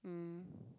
mm